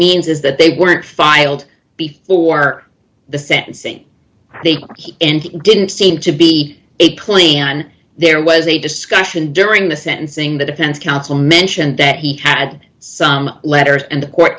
means is that they weren't filed before the sentencing date he didn't seem to be a plea on there was a discussion during the sentencing the defense counsel mentioned that he had some letters and